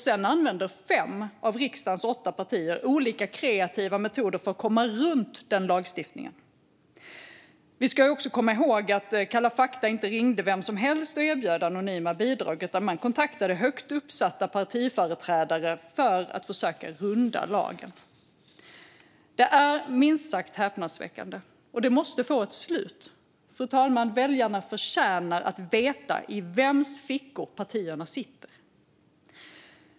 Sedan använder fem av riksdagens åtta partier olika kreativa metoder för att komma runt denna lagstiftning. Vi ska också komma ihåg att Kalla fakta inte ringde vem som helst och erbjöd anonyma bidrag, utan man kontaktade högt uppsatta partiföreträdare för att försöka runda lagen. Det är minst sagt häpnadsväckande, och det måste få ett slut. Väljarna förtjänar, fru talman, att veta i vems fickor partierna sitter.